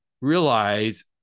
realize